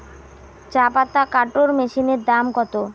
চাপাতা কাটর মেশিনের দাম কত?